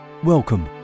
Welcome